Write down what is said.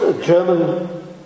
German